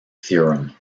theorem